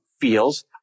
feels